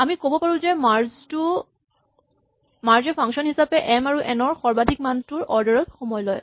আমি ক'ব পাৰো যে মাৰ্জ এ ফাংচন হিচাপে এম আৰু এন ৰ সৰ্বাধিক মানটোৰ অৰ্ডাৰ ত সময় লয়